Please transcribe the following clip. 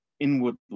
Inwardly